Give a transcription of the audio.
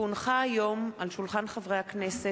כי הונחו היום על שולחן הכנסת,